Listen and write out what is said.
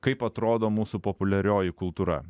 kaip atrodo mūsų populiarioji kultūra